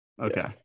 Okay